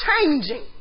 changing